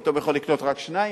פתאום יכול לקנות רק שניים.